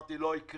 אמרתי לא יקרה,